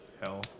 hell